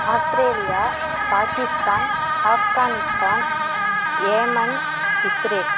Australia Pakistan Afghanistan Yemen Israel